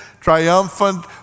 triumphant